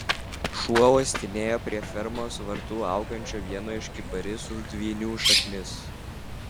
šuo uostinėjo prie fermos vartų augančio vieno iš kiparisų dvynių šaknis